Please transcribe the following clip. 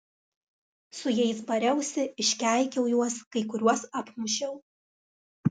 su jais bariausi iškeikiau juos kai kuriuos apmušiau